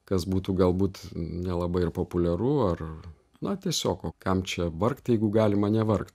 kas būtų galbūt nelabai ir populiaru ar na tiesiog o kam čia vargt jeigu galima nevargt